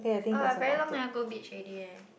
oh I very long never go beach already eh